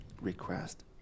request